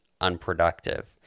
unproductive